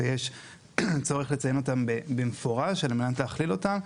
ויש צורך לציין אותן במפורש בהגדרה על מנת להכליל אותן.